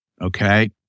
Okay